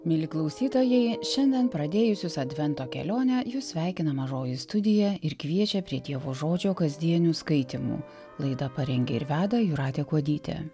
mieli klausytojai šiandien pradėjusius advento kelionę jus sveikina mažoji studija ir kviečia prie dievo žodžio kasdienių skaitymų laidą parengė ir veda jūratė kuodytė